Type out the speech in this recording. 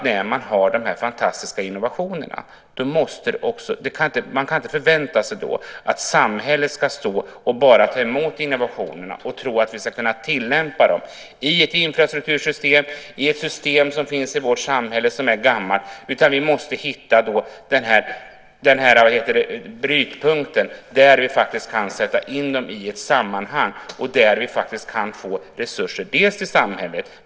När man har de här fantastiska innovationerna kan man inte förvänta sig att samhället ska stå och bara ta emot innovationerna och tro att vi ska kunna tillämpa dem i infrastruktursystemet, i ett system som finns i vårt samhälle som är gammalt. Vi måste hitta brytpunkten där vi faktiskt kan sätta in dem i ett sammanhang och där vi kan få resurser till samhället.